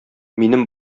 минем